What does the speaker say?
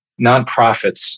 nonprofits